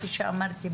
כפי שאמרתי,